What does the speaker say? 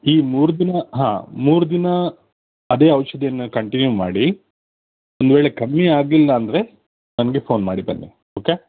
ಈ ಮೂರು ದಿನ ಹಾಂ ಮೂರು ದಿನ ಅದೇ ಔಷಧಿಯನ್ನು ಕಂಟಿನ್ಯೂ ಮಾಡಿ ಒಂದು ವೇಳೆ ಕಮ್ಮಿ ಆಗಿಲ್ಲ ಅಂದರೆ ನನಗೆ ಫೋನ್ ಮಾಡಿ ಬನ್ನಿ ಓಕೆ